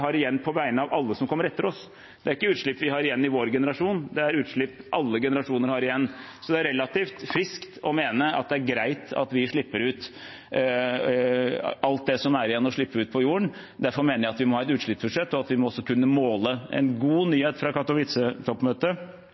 har igjen på vegne av alle som kommer etter oss. Det er ikke utslipp vi har igjen i vår generasjon. Det er utslipp alle generasjoner har igjen, så det er relativt friskt å mene at det er greit at vi slipper ut alt det som er igjen å slippe ut på jorden. Derfor mener jeg at vi må ha et utslippsbudsjett, og at vi også må kunne måle. En god nyhet fra